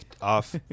off